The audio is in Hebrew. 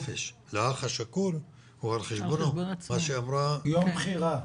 החופש לאח השכול הוא --- זה יום בחירה.